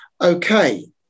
Okay